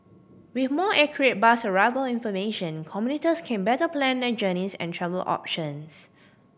with more accurate bus arrival information commuters can better plan their journeys and travel options